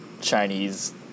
Chinese